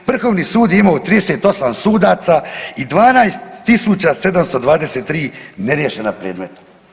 Vrhovni sud je imao 38 sudaca i 12723 neriješena predmeta.